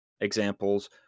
Examples